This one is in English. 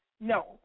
No